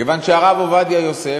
כיוון שהרב עובדיה יוסף,